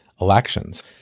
elections